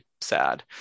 sad